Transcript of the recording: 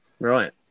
Right